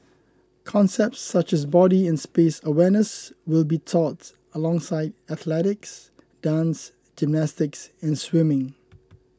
concepts such as body and space awareness will be taught alongside athletics dance gymnastics and swimming